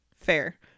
Fair